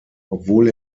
obwohl